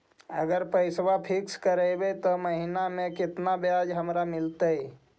अगर पैसा फिक्स करबै त महिना मे केतना ब्याज हमरा मिलतै?